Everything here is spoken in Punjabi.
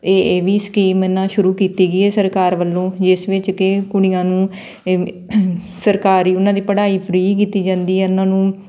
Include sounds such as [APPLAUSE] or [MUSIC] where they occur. ਇਹ ਇਹ ਵੀ ਸਕੀਮ ਇਹਨਾਂ ਸ਼ੁਰੂ ਕੀਤੀ ਗਈ ਹੈ ਸਰਕਾਰ ਵੱਲੋਂ ਜਿਸ ਵਿੱਚ ਕਿ ਕੁੜੀਆਂ ਨੂੰ [UNINTELLIGIBLE] ਸਰਕਾਰੀ ਉਹਨਾਂ ਦੀ ਪੜ੍ਹਾਈ ਫਰੀ ਕੀਤੀ ਜਾਂਦੀ ਏ ਉਹਨਾਂ ਨੂੰ